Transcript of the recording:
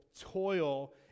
toil